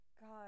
god